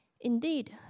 Indeed